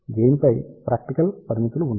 gain పై practical పరిమితులు ఉన్నాయి